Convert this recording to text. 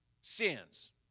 sins